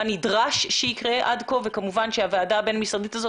מה נדרש שיקרה עד כה וכמובן שכאשר הוועדה הבין-משרדית האת